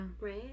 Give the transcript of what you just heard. Right